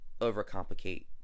overcomplicate